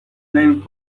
name